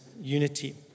unity